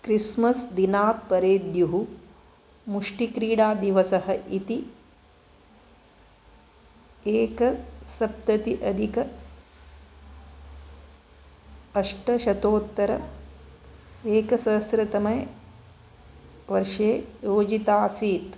Christmas दिनात् परेद्युः मुष्टिक्रीडादिवसः इति एकसप्तति अधिक अष्टशतोत्तर एकसहस्रतमे वर्षे योजिताऽसीत्